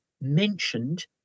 mentioned